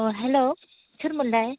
अ hello सोरमोनलाय